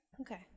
Okay